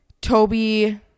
Toby